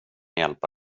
hjälpa